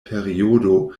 periodo